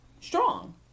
strong